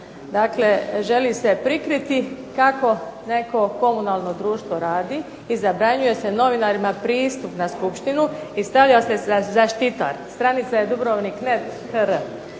Vrtlar, želi se prikriti kako neko komunalno društvo radi i zabranjuje se novinarima pristup na skupštinu i stavlja se zaštitar.